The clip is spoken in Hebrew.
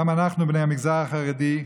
גם אנחנו, בני המגזר החרדי,